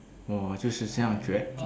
我就是将觉得